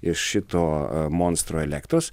iš šito monstro elektros